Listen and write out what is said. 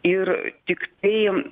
ir tiktai